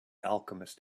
alchemist